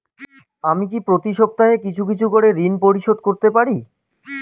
আমি কি প্রতি সপ্তাহে কিছু কিছু করে ঋন পরিশোধ করতে পারি?